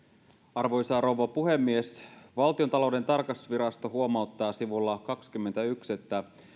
arvoisa rouva puhemies valtiontalouden tarkastusvirasto huomauttaa sivulla kaksikymmentäyksi että